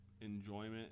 enjoyment